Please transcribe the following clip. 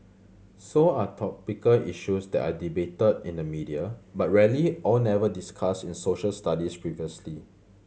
so are topical issues that are debated in the media but rarely or never discussed in Social Studies previously